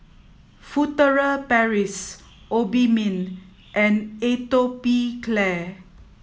Furtere Paris Obimin and Atopiclair